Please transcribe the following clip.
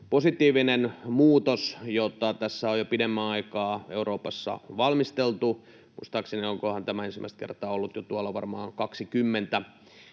positiivinen muutos, jota tässä on jo pidemmän aikaa Euroopassa valmisteltu — onkohan tämä, muistaakseni, ensimmäistä kertaa ollut asialistalla varmaan jo